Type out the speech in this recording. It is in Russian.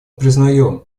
признаем